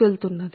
కొంటున్నది